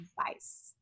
advice